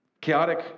Chaotic